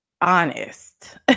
honest